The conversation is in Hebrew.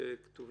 מכיר